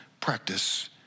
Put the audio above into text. practice